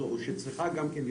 שבכך.